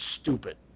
stupid